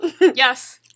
Yes